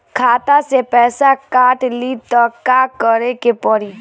खाता से पैसा काट ली त का करे के पड़ी?